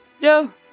no